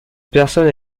personne